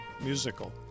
musical